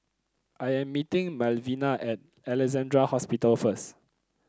I am meeting Malvina at Alexandra Hospital first